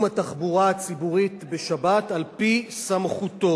התחבורה הציבורית בשבת על-פי סמכותו.